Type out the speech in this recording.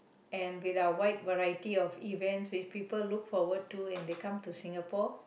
and with our wide variety of events which people look forward to and they come to Singapore